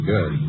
Good